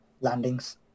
Landings